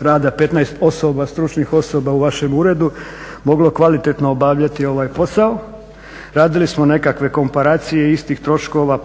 15 osoba, stručnih osoba u vašem uredu moglo kvalitetno obavljati ovaj posao. Radili smo nekakve komparacije istih troškova,